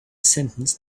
sentence